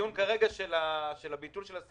אבל כדאי להתמקד בדיון כרגע של הביטול של הסבסוד,